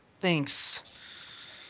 thanks